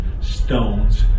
stones